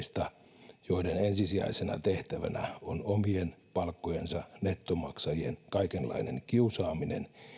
esimerkkejä instansseista joiden ensisijaisena tehtävänä on omien palkkojensa nettomaksajien kaikenlainen kiusaaminen